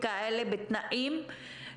כבר היינו בסיבוב של ההנחיות,